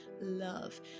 love